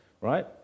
Right